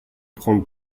prendre